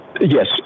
Yes